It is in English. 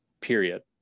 Period